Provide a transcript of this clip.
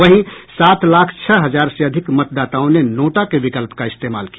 वहीं सात लाख छह हजार से अधिक मतदाताओं ने नोटा के विकल्प का इस्तेमाल किया